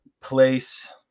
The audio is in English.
place